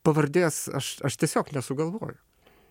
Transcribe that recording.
pavardės aš aš tiesiog nesugalvoju